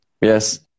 Yes